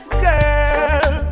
girl